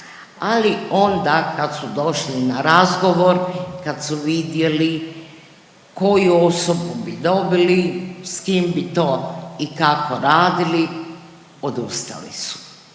ali onda kad su došli na razgovor, kad su vidjeli koju osobu bi dobili, s kim bi to i kako radili, odustali su.